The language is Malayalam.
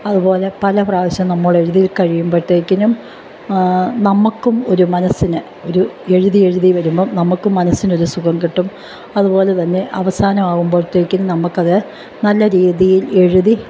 അതുപോലെ പല പ്രാവശ്യം നമ്മൾ എഴുതി കഴിയുമ്പോഴത്തേക്കും നമ്മൾക്കും ഒരു മനസ്സിന് ഒരു എഴുതി എഴുതി വരുമ്പം നമ്മൾക്ക് മനസ്സിനൊരു സുഖം കിട്ടും അതുപോലെ തന്നെ അവസാന ആകുമ്പോഴത്തേക്കിനും നമുക്ക് അത് നല്ല രീതിയിൽ എഴുതി